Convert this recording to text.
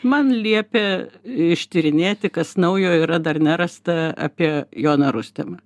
man liepė ištyrinėti kas naujo yra dar nerasta apie joną rustemą